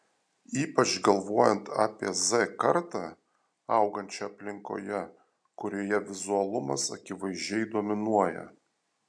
ypač galvojant apie z kartą augančią aplinkoje kurioje vizualumas akivaizdžiai dominuoja